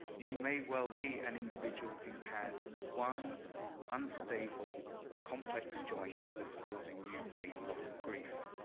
you may well be an individual who has one unstable complex joint that's causing you a lot of grief.